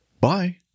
Bye